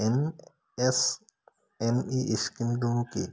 M S M E স্কিমনো কি